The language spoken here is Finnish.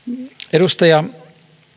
edustaja